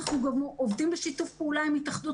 אנחנו גם עובדים בשיתוף פעולה עם התאחדות